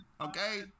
okay